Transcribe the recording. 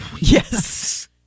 Yes